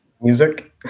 music